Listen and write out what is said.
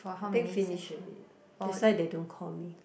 I think finish already that's why they don't call me